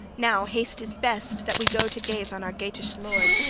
now haste is best, that we go to gaze on our geatish lord,